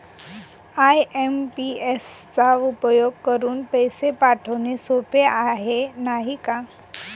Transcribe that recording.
IMPS चा उपयोग करुन पैसे पाठवणे सोपे आहे, नाही का